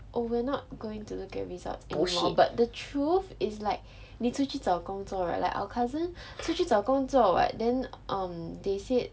oh we're not going to look get results at all but the truth is like 你出去找工作 right like our cousin 出去找工作 [what] then um they said